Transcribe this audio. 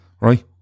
Right